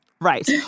right